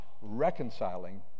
reconciling